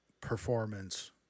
performance